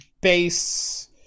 base